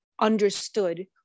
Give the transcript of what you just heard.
understood